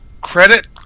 credit